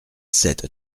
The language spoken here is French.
sept